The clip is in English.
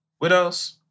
Widows